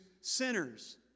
sinners